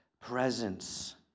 presence